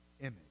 image